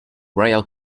royal